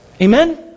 Amen